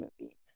movie